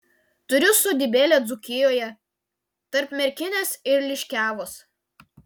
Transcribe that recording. turiu sodybėlę dzūkijoje tarp merkinės ir liškiavos